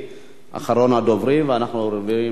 אחרון הדוברים, ואנחנו עוברים להצבעה.